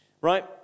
right